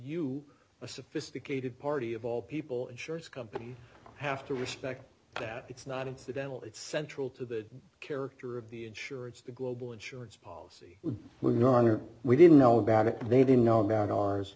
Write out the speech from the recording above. you a sophisticated party of all people insurance companies have to respect that it's not incidental it's central to the character of the insurance the global insurance policy we're not on or we didn't know about it they didn't know about ours